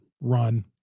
run